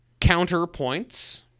Counterpoints